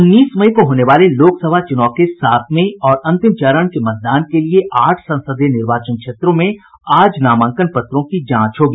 उन्नीस मई को होने वाले लोकसभा चूनाव के सातवें और अंतिम चरण के मतदान के लिए आठ संसदीय निर्वाचन क्षेत्रों में आज नामांकन पत्रों की जांच होगी